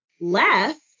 left